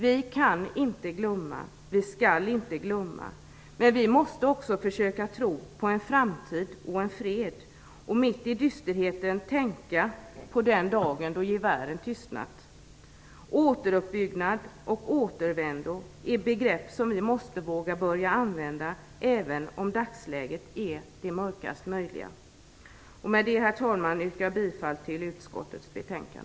Vi kan inte glömma, vi skall inte glömma, men vi måste också försöka tro på en framtid och en fred och mitt i dysterheten tänka på den dag då gevären tystnat. Återuppbyggnad och återvändo är begrepp som vi måste våga börja använda, även om dagsläget är det mörkast möjliga. Med detta, herr talman, yrkar jag bifall till utskottets hemställan.